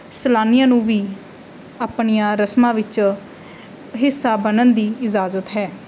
ਸੈਲਾਨੀਆਂ ਨੂੰ ਵੀ ਆਪਣੀਆਂ ਰਸਮਾਂ ਵਿੱਚ ਹਿੱਸਾ ਬਣਨ ਦੀ ਇਜਾਜ਼ਤ ਹੈ